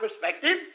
perspective